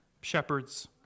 shepherds